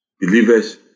believers